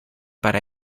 para